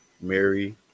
Mary